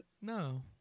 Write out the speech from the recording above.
No